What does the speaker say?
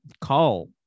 call